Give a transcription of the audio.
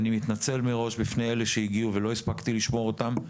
אני מתנצל מראש בפני אלה שהגיעו ולא הספקתי לשמוע אותם,